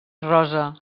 rosa